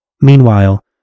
Meanwhile